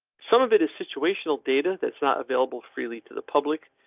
some of it is situational data that's not available freely to the public,